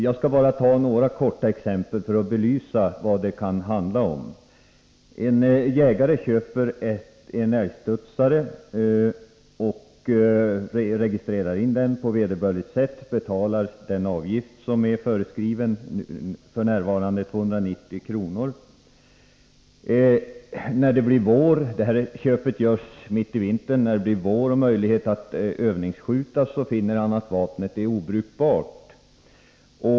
Jag skall bara ge några korta exempel för att belysa vad det kan handla om. En jägare köper en älgstudsare. Han registrerar den på vederbörligt sätt och betalar den avgift som är föreskriven, f.n. 290 kr. Köpet görs mitt i vintern. När det blir vår och möjligt att övningsskjuta finner han att vapnet är obrukbart.